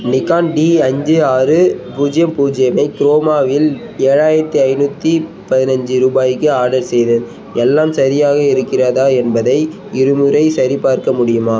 Nikon D அஞ்சு ஆறு பூஜ்ஜியம் பூஜ்ஜியமை குரோமாவில் ஏழாயிரத்தி ஐநூற்றி பதினஞ்சு ரூபாய்க்கு ஆடர் செய்தேன் எல்லாம் சரியாக இருக்கிறதா என்பதை இருமுறை சரிபார்க்க முடியுமா